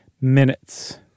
minutes